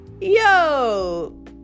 Yo